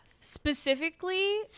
specifically